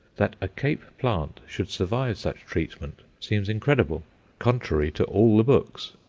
that a cape plant should survive such treatment seems incredible contrary to all the books.